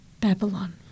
Babylon